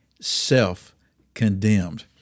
self-condemned